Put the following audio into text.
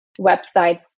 websites